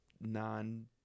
non